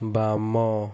ବାମ